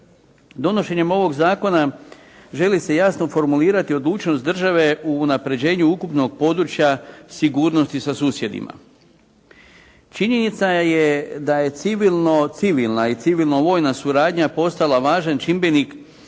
Donošenjem ovog zakona želi se jasno formulirati odlučnost države u unapređenju ukupnog područja sigurnosti sa susjedima. Činjenica je da je civilno civilna i civilno vojna suradnja postala važan čimbenik